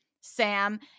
Sam